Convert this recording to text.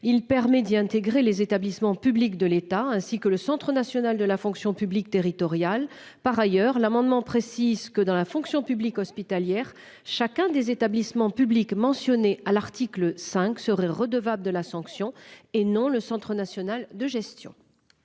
Il permet d'y intégrer les établissements publics de l'État ainsi que le Centre national de la fonction publique territoriale. Par ailleurs, l'amendement précise que dans la fonction publique hospitalière. Chacun des établissements publics mentionnés à l'article 5 seraient redevable de la sanction et non le Centre national de gestion.